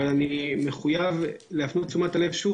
אבל אני מחויב להפנות את תשומת הלב שוב